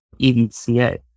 EDCA